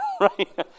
right